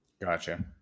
gotcha